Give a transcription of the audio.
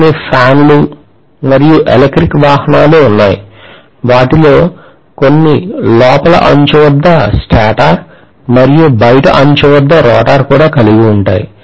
కొన్ని ఫాన్ లు మరియు ఎలక్ట్రిక్ వాహనాలు ఉన్నాయి వాటిలో కొన్ని లోపలి అంచు వద్ద స్టేటర్ మరియు బయటి అంచు వద్ద రోటర్ కూడా ఉంటాయి